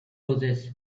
roses